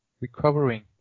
Recovering